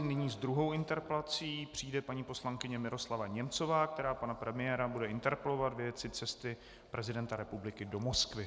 Nyní s druhou interpelací přijde paní poslankyně Miroslava Němcová, která pana premiéra bude interpelovat ve věci cesty prezidenta republiky do Moskvy.